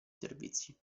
servizi